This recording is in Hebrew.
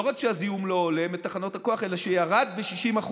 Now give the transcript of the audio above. לא רק שהזיהום לא עולה מתחנות הכוח אלא שירד ב-60%.